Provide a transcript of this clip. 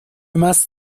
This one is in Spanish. más